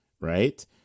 right